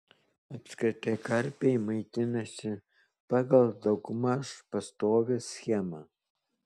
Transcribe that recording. apskritai karpiai maitinasi pagal daugmaž pastovią schemą